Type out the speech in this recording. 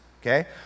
okay